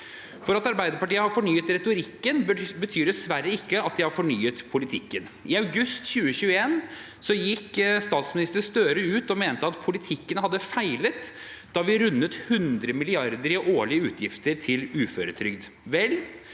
for at Arbeiderpartiet har fornyet retorikken, betyr dessverre ikke at partiet har fornyet politikken. I august 2021 gikk statsminister Støre ut og mente at politikken hadde feilet da vi rundet 100 mrd. kr i årlige utgifter til uføretrygd. Vel,